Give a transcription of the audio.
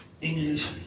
English